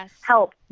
help